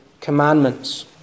commandments